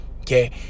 Okay